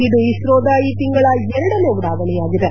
ಇದು ಇಸ್ತೋದ ಈ ತಿಂಗಳ ಎರಡನೇ ಉಡಾವಣೆಯಾಗಿದೆ